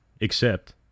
Except